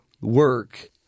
work